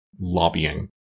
lobbying